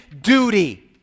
duty